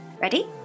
Ready